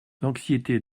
l’anxiété